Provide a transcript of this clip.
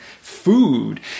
food